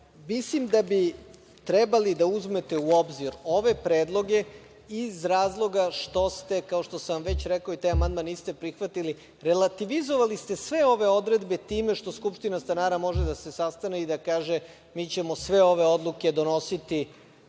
da bi trebali da uzmete u obzir ove predloge iz razloga što ste, kao što sam već rekao i taj amandman niste prihvatili, relativizovali sve ove odredbe time što skupština stanara može da se sastane i da kaže - mi ćemo sve ove odluke donositi